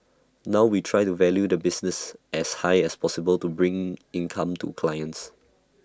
now we try to value the business as high as possible to bring income to clients